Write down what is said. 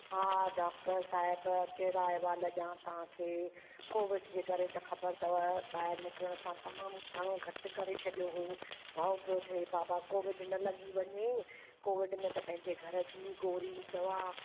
हा डॉक्टर साहिब कहिड़ा अहिवाल ॾियां तव्हांखे कोविड जे करे त ख़बर अथव बाहिरि निकिरनि सां तमामु घणो घटि करे छॾियो हुओ भउ पियो थिए बाबा कोविड न लॻी वञे कोविड न त पंहिंजे घर जी गोरी दवा